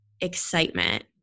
excitement